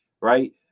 right